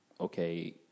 okay